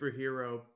superhero